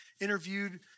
interviewed